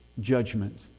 judgment